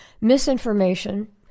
misinformation